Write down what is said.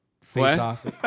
face-off